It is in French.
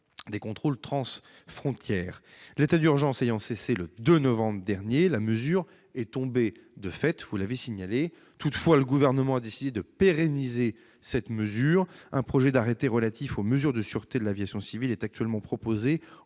des contrôles transfrontaliers. L'état d'urgence ayant cessé le 2 novembre dernier, la mesure est tombée de fait, comme vous l'avez indiqué. Toutefois, le Gouvernement a décidé de la pérenniser. Un projet d'arrêté relatif aux mesures de sûreté de l'aviation civile est actuellement proposé